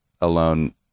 alone